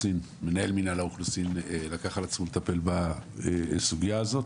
מנהל מינהל האוכלוסין לקח על עצמו לטפל בסוגיה הזאת,